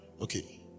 okay